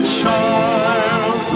child